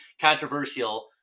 controversial